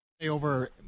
over